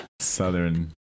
Southern